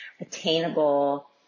attainable